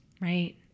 Right